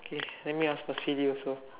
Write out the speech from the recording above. okay let me ask a silly also